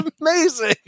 amazing